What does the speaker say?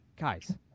guys